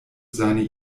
seine